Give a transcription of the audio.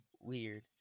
weird